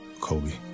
Kobe